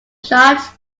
shot